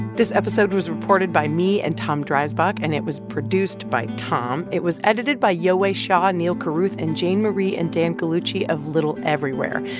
this episode was reported by me and tom dreisbach, and it was produced by tom. it was edited by yowei shaw, neal carruth and jane marie and dann gallucci of little everywhere,